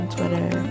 Twitter